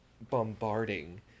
bombarding